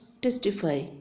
testify